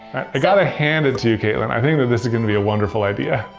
i gotta hand it to you katelyn, i think that this is going to be a wonderful idea.